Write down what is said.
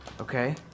Okay